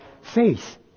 faith